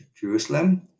Jerusalem